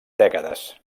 dècades